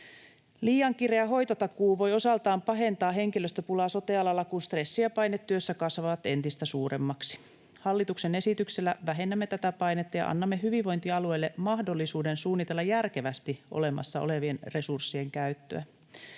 Liian kireä hoitotakuu voi osaltaan pahentaa henkilöstöpulaa sote-alalla, kun stressi ja paine työssä kasvavat entistä suuremmaksi. Hallituksen esityksellä vähennämme tätä painetta ja annamme hyvinvointialueille mahdollisuuden suunnitella järkevästi olemassa olevien resurssien käyttöä.